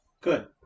Good